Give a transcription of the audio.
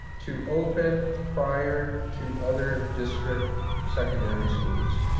to open prior to other district secondary schools.